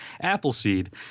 Appleseed